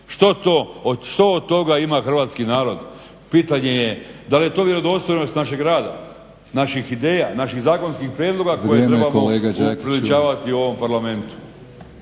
nazočni. Što od toga ima hrvatski narod? Pitanje je da li je to vjerodostojnost našeg rada, naših ideja, naših zakonskih prijedloga koje… **Batinić, Milorad